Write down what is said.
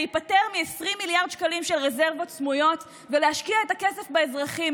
להיפטר מ-20 מיליארד שקלים של רזרבות סמויות ולהשקיע את הכסף באזרחים,